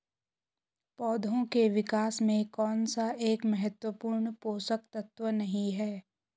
पौधों के विकास में कौन सा एक महत्वपूर्ण पोषक तत्व नहीं है?